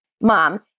mom